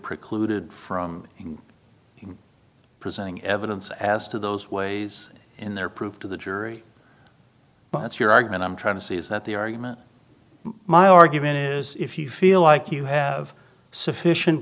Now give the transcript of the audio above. precluded from presenting evidence as to those ways in their proof to the jury but your argument i'm trying to see is that the argument my argument is if you feel like you have sufficient